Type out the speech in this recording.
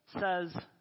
says